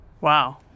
Wow